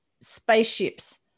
spaceships